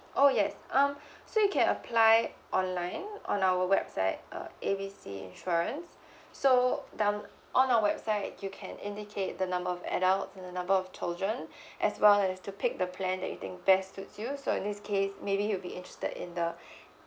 oh yes um so you can apply online on our website uh A B C insurance so um on our website you can indicate the number of adults and the number of children as well as to pick the plan that you think best suits you so in this case maybe you'd be interested in the